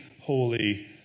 holy